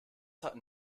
hatten